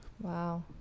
wow